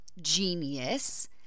genius